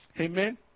Amen